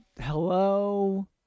Hello